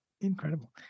incredible